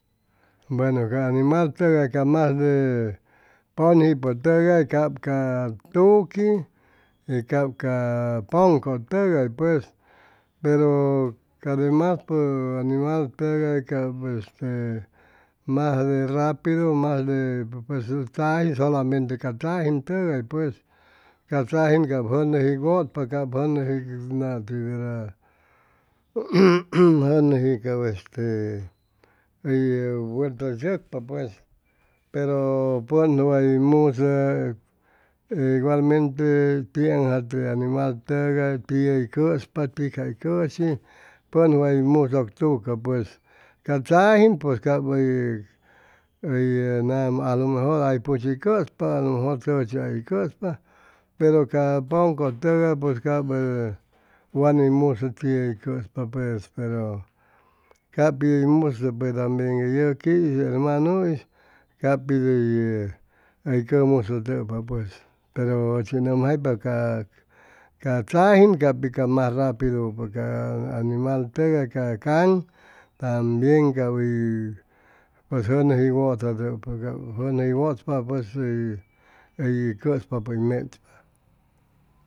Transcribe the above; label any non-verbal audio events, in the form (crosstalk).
Bueno ca animal tʉgay ca masde pʉnjipʉtʉgay cap ca tuqui y cap ca pʉncʉtʉgay pues pero ca demaspʉ animal tʉgay cap este mesde rapidu masde (hesitation) solamante ca tzajin pues ca tzajin cap jʉnʉji wʉtpa cap jʉnʉji nati verda (hesitation) jʉnʉji cap este verda ee hʉy vuelta tzʉcpa pues pero pʉn way musʉ iguamente tiaŋjate anmaltʉgay tiʉ hʉy cʉspa tig jay cʉshi pʉn way musʉctucʉ pues ca tzajin cap tzajin hʉy hʉy nama alomejor hay puchi cʉspa alomejor chʉchʉ hay cʉspa pero ca pʉncʉ tʉgay pues ca wa ni musʉ t+iʉ hʉy cʉspa pues pero capi ʉn musʉ pe tambien ye yʉqui'is ye hermanuis cap pid hʉy cʉmusʉtʉpa pues pero ʉchi ʉn nʉmjaipa ca ca tzajin ca pi ca mas rapidu ca animaltʉgay ca caŋ tambien cap hʉy pues jʉnʉji wʉtatʉpa ap jʉnʉji wʉtpa pues tey hʉy cʉspapʉ hʉy mechpa